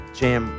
jam